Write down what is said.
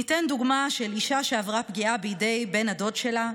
ניתן דוגמה של אישה שעברה פגיעה בידי בן הדוד שלה.